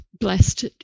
blessed